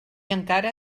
encara